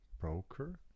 broker